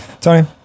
Tony